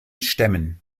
stämmen